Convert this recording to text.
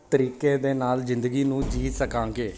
ਤਰੀਕੇ ਦੇ ਨਾਲ ਜ਼ਿੰਦਗੀ ਨੂੰ ਜੀਅ ਸਕਾਂਗੇ